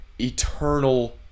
eternal